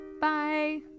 Bye